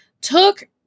took